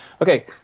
okay